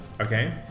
Okay